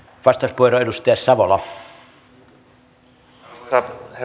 arvoisa herra puhemies